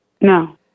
No